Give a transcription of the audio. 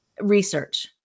Research